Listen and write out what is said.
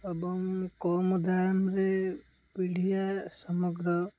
ଏବଂ କମ୍ ଦାମ୍ରେ ପିଡ଼ିଆ ସମଗ୍ର